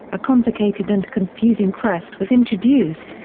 a complicated and confusing crest was introduced,